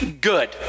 good